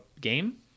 game